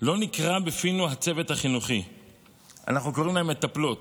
לא נקרא בפינו "הצוות החינוכי"; אנחנו קוראים להן מטפלות,